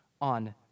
on